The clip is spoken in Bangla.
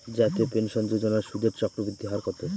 জাতীয় পেনশন যোজনার সুদের চক্রবৃদ্ধি হার কত?